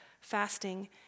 fasting